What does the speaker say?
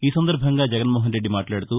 ఈసందర్బంగా జగన్నోహన్ రెద్ది మాట్లాడుతూ